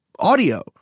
audio